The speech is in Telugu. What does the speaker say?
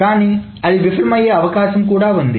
కానీ అది విఫలం అయ్యే అవకాశం కూడా ఉంది